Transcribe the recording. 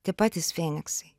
tie patys feniksai